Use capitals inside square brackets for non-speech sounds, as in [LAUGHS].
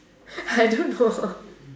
I don't know [LAUGHS]